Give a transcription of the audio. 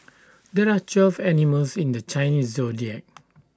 there are twelve animals in the Chinese Zodiac